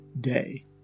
day